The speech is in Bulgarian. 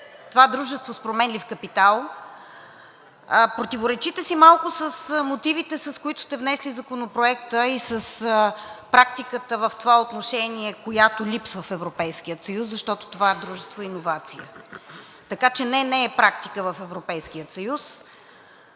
това дружество с променлив капитал. Противоречите си малко с мотивите, с които сте внесли Законопроекта и с практиката в това отношение, която липсва в Европейския съюз, защото това дружество е иновация. Така че не, не е практика в Европейския съюз